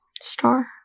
Star